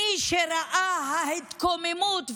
מי שראה את ההתקוממות,